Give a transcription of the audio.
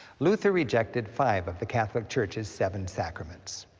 luther rejected five of the catholic church's seven sacraments.